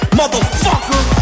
motherfucker